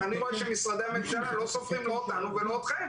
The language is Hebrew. אבל אני רואה שמשרדי הממשלה לא סופרים לא אותנו ולא אתכם,